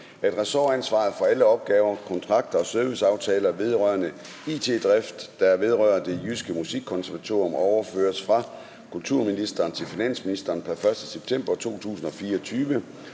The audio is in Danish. at ressortansvaret for alle opgaver, kontrakter og serviceaftaler vedrørende it-drift, der vedrører Det Jyske Musikkonservatorium, overføres fra kulturministeren til finansministeren pr. 1. september 2024,